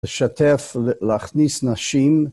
לשתף, להכניס נשים.